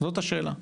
זאת השאלה.